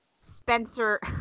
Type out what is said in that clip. Spencer